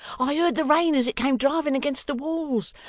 i heard the rain as it came driving against the walls.